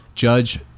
judge